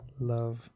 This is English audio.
love